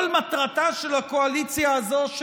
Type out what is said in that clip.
כל מטרתה של הקואליציה הזאת,